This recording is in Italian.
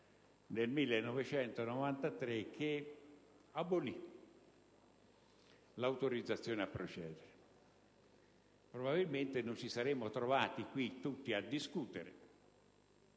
1993 che abolì l'autorizzazione a procedere. Probabilmente non ci saremmo dovuti trovare tutti qui a discutere: